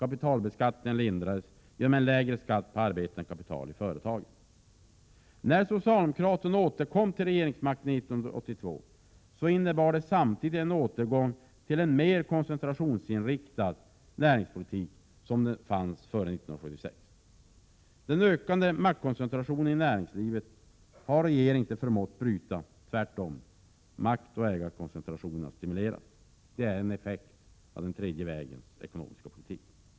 Kapitalbeskattningen lindrades genom en lägre skatt på arbetande kapital i företag. När socialdemokraterna återkom till regeringsmakten 1982 innebar det samtidigt en återgång till den mer koncentrationsinriktade näringspolitik som bedrevs före 1976. Den ökande maktkoncentrationen inom näringslivet har regeringen inte förmått att bryta. Tvärtom. Maktoch ägarkoncentrationen har stimulerats. Detta är en effekt av den tredje vägens ekonomiska politik.